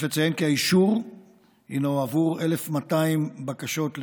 יש לציין כי האישור הינו עבור 1,200 בקשות של